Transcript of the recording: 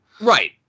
Right